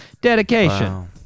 Dedication